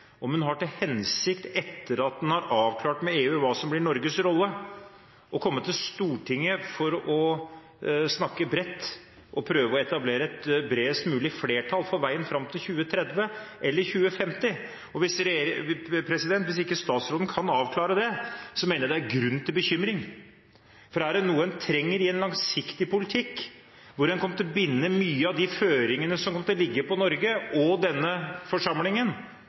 om hun har til hensikt, etter at en har avklart med EU hva som blir Norges rolle, å komme til Stortinget for å snakke bredt og prøve å etablere et bredest mulig flertall for veien fram til 2030 eller 2050? Hvis ikke statsråden kan avklare det, mener jeg det er grunn til bekymring, for er det noe en trenger i en langsiktig politikk, hvor en kommer til å binde mange av de føringene som måtte ligge på Norge og denne forsamlingen